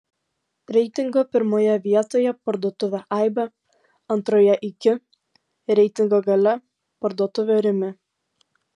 reitingo pirmoje vietoje parduotuvė aibė antroje iki reitingo gale parduotuvė rimi